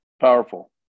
powerful